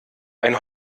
ein